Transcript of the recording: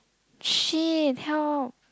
shit help